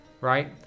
right